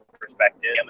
perspective